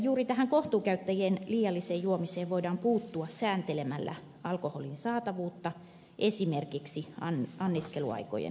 juuri tähän kohtuukäyttäjien liialliseen juomiseen voidaan puuttua sääntelemällä alkoholin saatavuutta esimerkiksi anniskeluaikojen rajoituksilla